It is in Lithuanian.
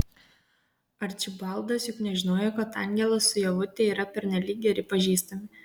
arčibaldas juk nežinojo kad angelas su ievute yra pernelyg geri pažįstami